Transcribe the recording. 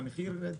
שהמחיר יירד.